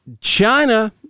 China